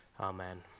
amen